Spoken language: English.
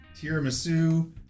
tiramisu